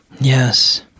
Yes